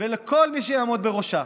ולכל מי שיעמוד בראשה: